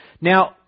Now